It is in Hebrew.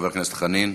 חבר הכנסת חנין.